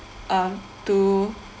um to